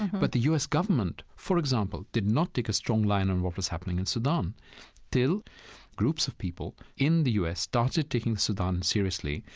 but the u s. government, for example, did not take a strong line on what was happening in sudan till groups of people in the u s. started taking sudan seriously,